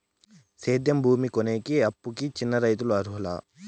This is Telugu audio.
సేద్యం భూమి కొనేకి, అప్పుకి చిన్న రైతులు అర్హులా?